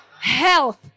health